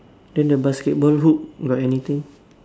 then the basketball hoop got anything